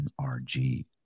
NRG